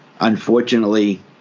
Unfortunately